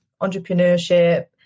entrepreneurship